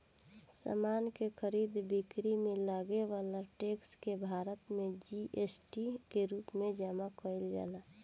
समान के खरीद बिक्री में लागे वाला टैक्स के भारत में जी.एस.टी के रूप में जमा कईल जाला